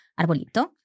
arbolito